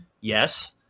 yes